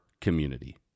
community